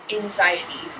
anxiety